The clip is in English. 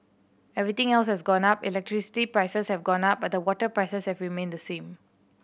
everything else has gone up electricity prices have gone up but the water prices have remained the same